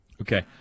Okay